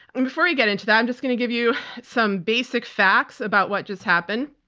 and before we get into that, i'm just gonna give you some basic facts about what just happened.